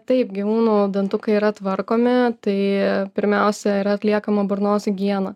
taip gyvūnų dantukai yra tvarkomi tai pirmiausia yra atliekama burnos higiena